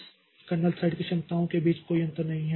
तो इस kernel thread की क्षमताओं के बीच कोई अंतर नहीं है